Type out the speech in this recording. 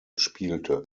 spielte